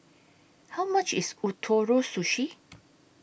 How much IS Ootoro Sushi